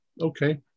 okay